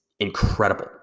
incredible